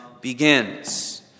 begins